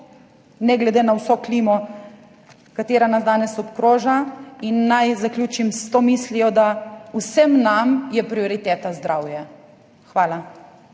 ne glede na vso klimo, ki nas danes obkroža. Naj zaključim s to mislijo, da je vsem nam prioriteta zdravje. Hvala.